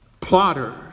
plotters